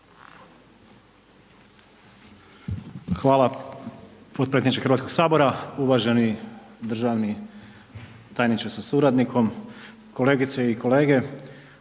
Hvala potpredsjedniče HS, uvaženi državni tajniče sa suradnikom, kolegice i kolege,